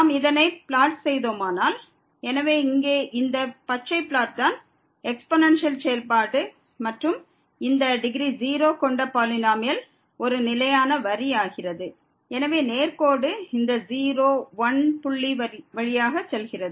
நாம் இதனை பிளாட் செய்தோமானால் எனவே இங்கே இந்த பச்சை பிளாட் தான் எக்ஸ்பொனன்சியல் செயல்பாட்டு மற்றும் இந்த டிகிரி 0 கொண்ட பாலினோமியல் ஒரு நிலையான வரி ஆகிறது எனவே நேர்கோடு இந்த 0 1 புள்ளி வழியாக செல்கிறது